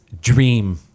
dream